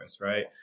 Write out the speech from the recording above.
Right